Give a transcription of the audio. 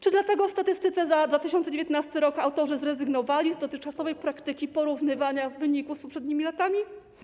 Czy dlatego w statystyce za 2019 r. autorzy zrezygnowali z dotychczasowej praktyki porównywania wyników z poprzednimi latami?